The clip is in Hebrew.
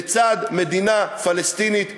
לצד מדינה פלסטינית קטנה,